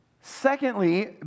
Secondly